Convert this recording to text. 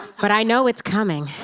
but i know it's coming.